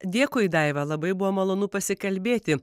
dėkui daiva labai buvo malonu pasikalbėti